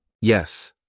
Yes